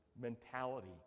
mentality